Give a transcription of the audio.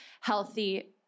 healthy